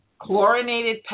chlorinated